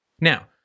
Now